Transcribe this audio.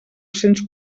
cents